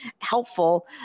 helpful